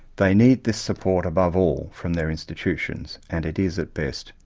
they need this support above all from their institutions, and it is, at best,